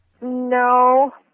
No